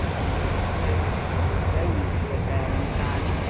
and was supposed to close the affair entirely,